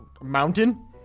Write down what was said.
Mountain